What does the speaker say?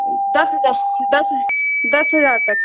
दस हज़ार दस दस हज़ार तक